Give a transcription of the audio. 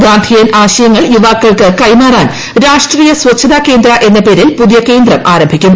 ഗാന്ധിയൻ ആശയങ്ങൾ യുവാക്കൾക്ക് കൈമാറാൻ രാഷ്ട്രീയ സ്വച്ഛതാ കേന്ദ്ര എന്ന പേരിൽ പുതിയ കേന്ദ്രം ആരംഭിക്കും